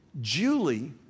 Julie